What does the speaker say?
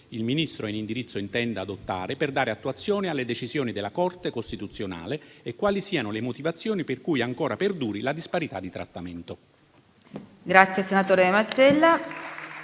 il Ministro in indirizzo intenda adottare per dare attuazione alle decisioni della Corte costituzionale e quali siano le motivazioni per cui ancora perduri la disparità di trattamento.